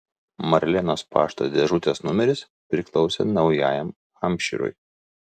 marlenos pašto dėžutės numeris priklausė naujajam hampšyrui